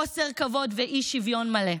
חוסר כבוד ואי-שוויון מלא.